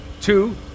two